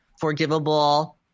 forgivable